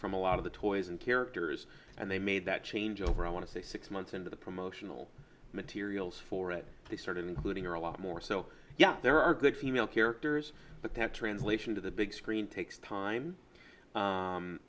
from a lot of the toys and characters and they made that changeover i want to say six months into the promotional materials for it to start including your a lot more so yes there are good female characters but that translation to the big screen takes time